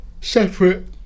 separate